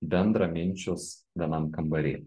bendraminčius vienam kambary